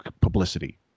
publicity